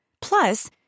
Plus